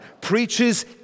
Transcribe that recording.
preaches